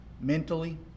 mentally